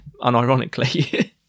unironically